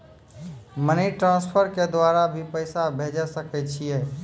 Money transfer के द्वारा भी पैसा भेजै सकै छौ?